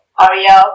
Ariel